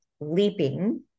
leaping